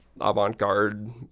avant-garde